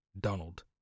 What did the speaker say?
Donald